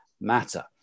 matter